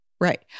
Right